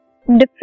different